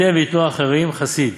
ייתן וייתנו אחרים, חסיד,